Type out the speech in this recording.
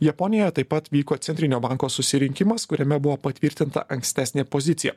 japonija taip pat vyko centrinio banko susirinkimas kuriame buvo patvirtinta ankstesnė pozicija